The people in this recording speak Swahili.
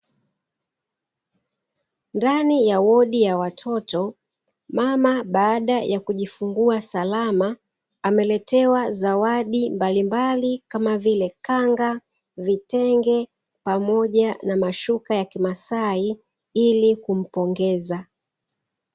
Ndani ya wodi ya watoto, mama baada ya kujifungua salama ameletewa zawadi mbalimbali kama vile kanga, vitenge, pamoja na mashuka ya kimasai ili kumpongeza.